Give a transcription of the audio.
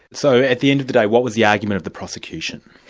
so at the end of the day, what was the argument of the prosecution?